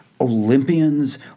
Olympians